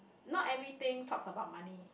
not everything talks about money